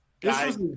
Guys